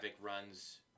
runs